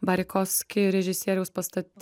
barikoski režisieriaus pastaty